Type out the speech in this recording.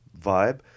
vibe